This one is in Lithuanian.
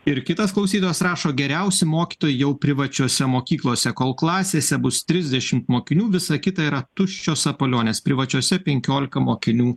ir kitas klausytojas rašo geriausi mokytojai jau privačiose mokyklose kol klasėse bus trisdešimt mokinių visa kita yra tuščios sapalionės privačiose penkiolika mokinių